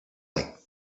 like